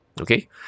Okay